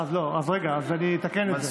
לא, אז רגע אני אתקן את זה.